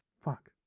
Fuck